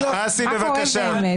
אסי, בבקשה.